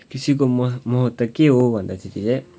कृषिको महत महत्त्व के हो भन्दा चाहिँ के अरे